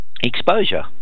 Exposure